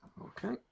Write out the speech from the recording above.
Okay